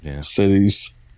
cities